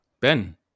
ben